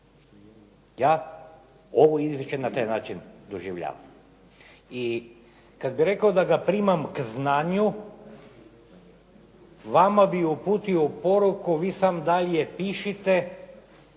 Ja ovo izvješće na taj način doživljavam. I kada bih rekao da ga primam k znanju, vama bih uputio poruku vi samo dalje pišite,